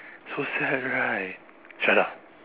so sad right shut up